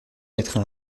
mettrai